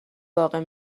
واقع